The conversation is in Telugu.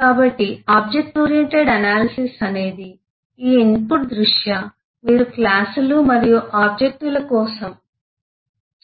కాబట్టి ఆబ్జెక్ట్ ఓరియెంటెడ్ అనాలిసిస్ అనేది ఈ ఇన్పుట్ దృష్ట్యా మీరు క్లాసులు మరియు ఆబ్జెక్ట్ ల కోసం